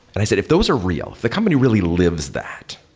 i said, if those are real, if the company really lives that,